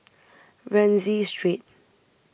Rienzi Street